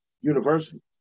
University